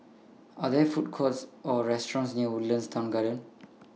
Are There Food Courts Or restaurants near Woodlands Town Garden